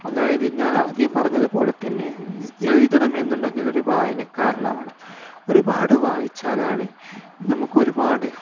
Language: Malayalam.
അതായത് ഞാൻ ആദ്യം പറഞ്ഞതു പോലെ തന്നെ എഴുതണമെന്നുണ്ടെങ്കിൽ ഒരു വായനക്കാരനാവണം ഒരുപാട് വായിച്ചാലാണ് നമുക്ക് ഒരുപാട്